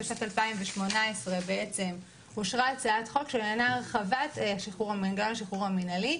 בשנת 2018 אושרה הצעת חוק שעניינה הרחבת המנגנון לשחרור מינהלי,